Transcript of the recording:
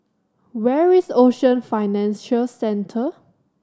where is Ocean Financial Centre